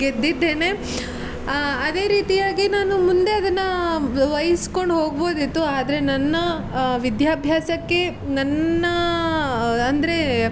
ಗೆದ್ದಿದ್ದೇನೆ ಅದೇ ರೀತಿಯಾಗಿ ನಾನು ಮುಂದೆ ಅದನ್ನು ವಹಿಸ್ಕೊಂಡು ಹೋಗ್ಬೋದಿತ್ತು ಆದರೆ ನನ್ನ ವಿದ್ಯಾಭ್ಯಾಸಕ್ಕೆ ನನ್ನ ಅಂದರೆ